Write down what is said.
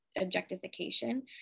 objectification